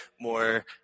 more